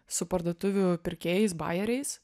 su parduotuvių pirkėjais bajeriais